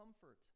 comfort